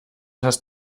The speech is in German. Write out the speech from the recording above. hast